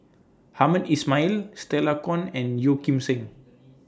Hamed Ismail Stella Kon and Yeo Kim Seng